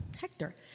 Hector